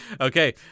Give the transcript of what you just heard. Okay